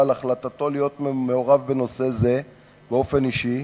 על החלטתו להיות מעורב בנושא זה באופן אישי,